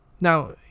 now